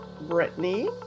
Brittany